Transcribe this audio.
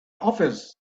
office